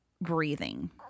breathing